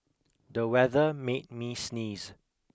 the weather made me sneeze